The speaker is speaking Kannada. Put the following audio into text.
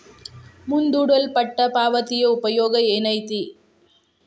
ಮುಂದೂಡಲ್ಪಟ್ಟ ಪಾವತಿಯ ಉಪಯೋಗ ಏನೈತಿ